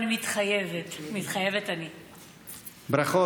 מתחייבת אני ברכות.